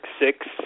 six